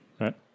Right